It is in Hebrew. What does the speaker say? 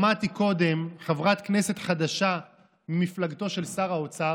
שמעתי קודם חברת כנסת חדשה ממפלגתו של שר האוצר,